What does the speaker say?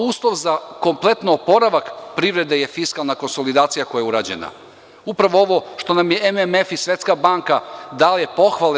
Uslov za kompletan oporavak privrede je fiskalna konsolidacija koja je urađena, upravo ovo što nam je MMF i Svetska banka dale pohvale.